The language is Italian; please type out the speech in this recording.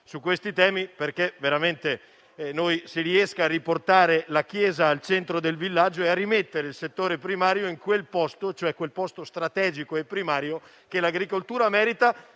a questi temi - perché veramente noi si riesca a riportare la chiesa al centro del villaggio e a rimettere il settore primario in quel posto strategico e primario che l'agricoltura merita,